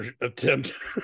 attempt